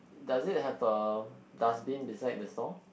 does it have a dustbin beside the store